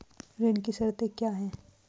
ऋण की शर्तें क्या हैं?